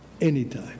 anytime